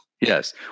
Yes